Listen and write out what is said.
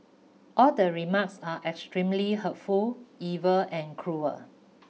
all the remarks are extremely hurtful evil and cruel